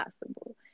possible